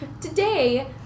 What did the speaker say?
Today